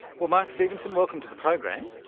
well mark stevenson, welcome to the program.